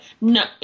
no